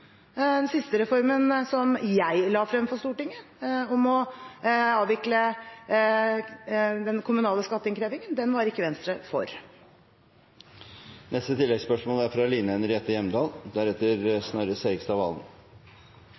Den siste reformen som jeg la frem for Stortinget, om å avvikle den kommunale skatteinnkrevingen, var ikke Venstre for.